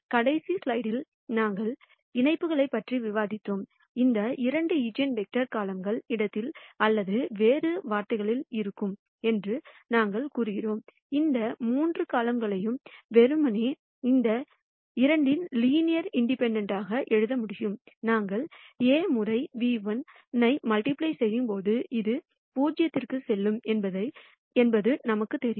கடைசி ஸ்லைடில் நாங்கள் இணைப்புகளைப் பற்றி விவாதித்தபோது இந்த இரண்டு ஈஜென்வெக்டர்களும் காலம்கள் இடத்தில் அல்லது வேறு வார்த்தைகளில் இருக்கும் என்று நாங்கள் கூறுகிறோம் இந்த மூன்று காலம்கள்களையும் வெறுமனே இந்த இரண்டின் லீனியர் காம்பினேஷன் எழுதலாம் நாங்கள் A முறை ν₁ மல்டிப்ளை செய்யும்போது இது 0 க்குச் செல்லும் என்பதும் நமக்கு தெரியும்